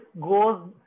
goes